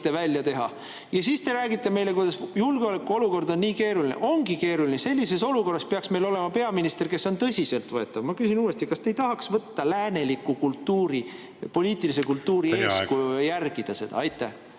mitte välja teha. Ja siis te räägite meile, kuidas julgeolekuolukord on nii keeruline. Ongi keeruline. Sellises olukorras peaks meil olema peaminister, kes on tõsiselt võetav. Ma küsin uuesti: kas te ei tahaks võtta läänelikust poliitilisest kultuurist eeskuju ja järgida seda? Aitäh!